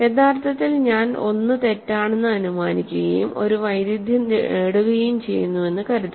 യഥാർത്ഥത്തിൽ ഞാൻ 1 തെറ്റാണെന്ന് അനുമാനിക്കുകയും ഒരു വൈരുദ്ധ്യം നേടുകയും ചെയ്യുന്നുവെന്ന് കരുതുക